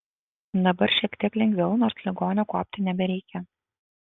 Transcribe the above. dabar šiek tiek lengviau nors ligonio kuopti nebereikia